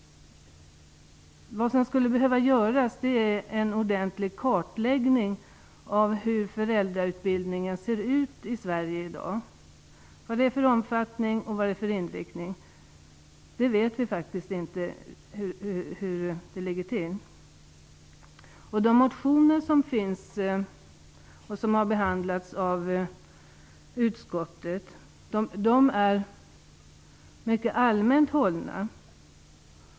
Vad som skulle behöva göras är en ordentlig kartläggning av hur föräldrautbildningen i Sverige ser ut i dag, vad det är för omfattning och vad det är för inriktning. Vi vet faktiskt inte hur det ligger till i det avseendet. De motioner som finns och som har behandlats av utskottet är mycket allmänt hållna.